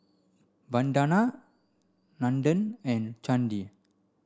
Vandana Nandan and Chandi